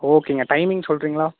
ஓகேங்க டைமிங் சொல்கிறீங்களா